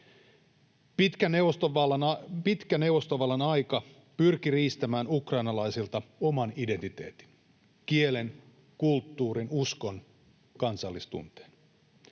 Pitkä neuvostovallan aika pyrki riistämään ukrainalaisilta oman identiteetin: kielen, kulttuurin, uskon ja kansallistunteen.